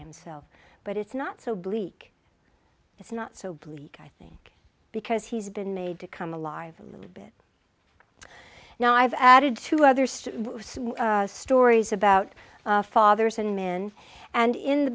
himself but it's not so bleak it's not so bleak i think because he's been made to come alive a little bit now i've added to others to some stories about fathers and men and in the